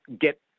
get